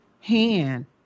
hand